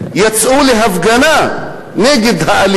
ציפי לבני הצביעה נגד,